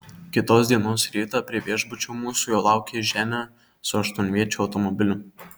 kitos dienos rytą prie viešbučio mūsų jau laukė ženia su aštuonviečiu automobiliu